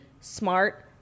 smart